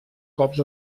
cops